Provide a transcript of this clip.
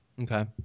Okay